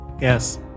Yes